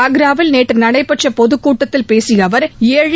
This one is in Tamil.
ஆக்ராவில் நேற்று நடைபெற்ற பொதுக்கூட்டத்தில் பேசிய அவர் ஏழை